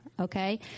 Okay